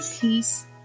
peace